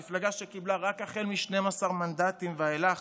מפלגה שקיבלה רק מ-12 מנדטים ואילך